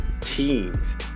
teams